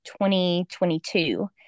2022